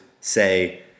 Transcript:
say